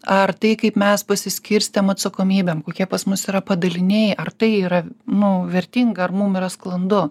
ar tai kaip mes pasiskirstėm atsakomybėm kokie pas mus yra padaliniai ar tai yra nu vertinga ar mum yra sklandu